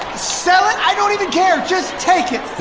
so it, i don't even care. just take it.